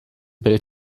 bild